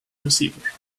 receiver